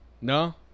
No